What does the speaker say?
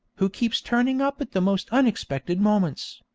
who keeps turning up at the most unexpected moments.